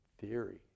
theory